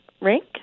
rink